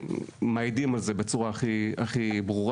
מעידים על זה בצורה הכי ברורה.